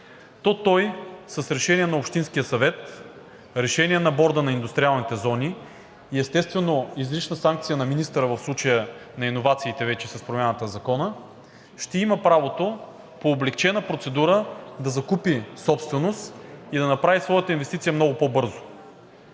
той с решение на общинския съвет, решение на борда на индустриалните зони, и естествено, излишната санкция на министъра – в случая на иновациите, вече с промяната в Закона ще има правото по облекчена процедура да закупи собственост и да направи своята инвестиция много по-бързо.